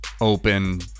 Open